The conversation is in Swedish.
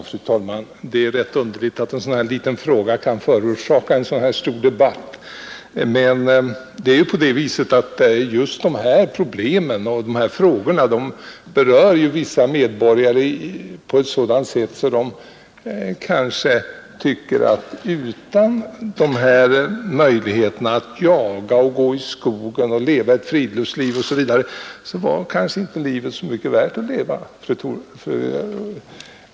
Fru talman! Det är rätt underligt att en så liten fråga kan förorsaka en så stor debatt. Men just de här problemen berör ju vissa medborgare på ett särskilt sätt, eftersom de kanske tycker att utan möjligheter att jaga och ströva omkring i skogen, leva friluftsliv osv. vore inte livet värt att leva.